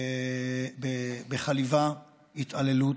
בחליבה התעללות,